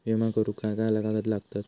विमा करुक काय काय कागद लागतत?